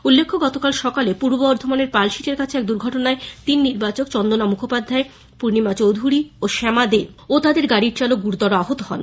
উল্লেখ্য গতকাল সকালে পূর্ব বর্ধমানের পালসিটের কাছে এক দুর্ঘটনায় তিন নির্বাচক চন্দনা মুখোপাধ্যায় পূর্ণিমা চৌধুরী ও শ্যামা দে ও তাদের গাড়ির চালক গুরুতর আহন হন